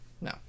No